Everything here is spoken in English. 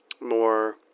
more